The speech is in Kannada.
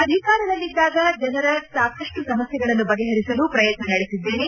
ಅಧಿಕಾರದಲ್ಲಿದ್ದಾಗ ಜನರ ಸಾಕಷ್ಟು ಸಮಸ್ಕೆಗಳನ್ನು ಬಗೆಹರಿಸಲು ಪ್ರಯತ್ನ ನಡೆಸಿದ್ದೇನೆ